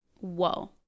whoa